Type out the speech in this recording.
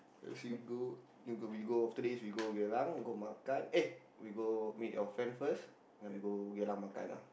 so we go we go after this we go Geylang we go makan eh we go meet your friend first then we go Geylang makan lah